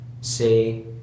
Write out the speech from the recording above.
say